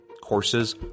Courses